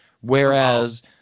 whereas